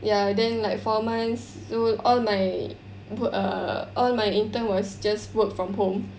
ya then like four months so all my wor~ err all my intern was just work from home